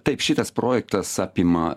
taip šitas projektas apima